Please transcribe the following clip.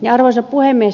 arvoisa puhemies